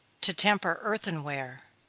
to temper earthen-ware.